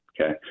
okay